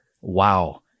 Wow